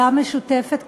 ועדה משותפת כזו,